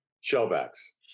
Shellbacks